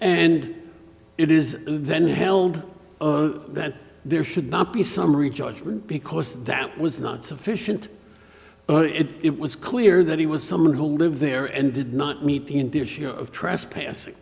and it is then held that there should not be a summary judgment because that was not sufficient but it was clear that he was someone who lived there and did not meet the india share of trespassing